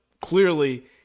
clearly